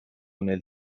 nel